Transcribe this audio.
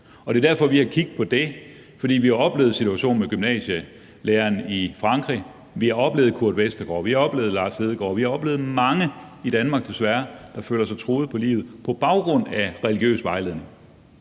og det er derfor, vi har kig på det, fordi vi har oplevet situationen med gymnasielæreren i Frankrig, vi har oplevet det med Kurt Westergaard, vi har oplevet det med Lars Hedegaard, vi har oplevet mange i Danmark, desværre, der føler sig truet på livet på baggrund af religiøs vejledning.